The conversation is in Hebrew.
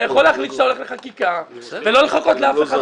אתה יכול להחליט שאתה הולך לחקיקה ולא לחכות לאף אחד אחר.